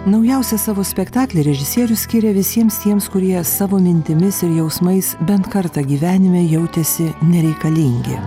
naujausią savo spektaklį režisierius skiria visiems tiems kurie savo mintimis ir jausmais bent kartą gyvenime jautėsi nereikalingi